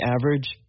average